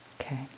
okay